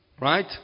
Right